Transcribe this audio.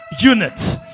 unit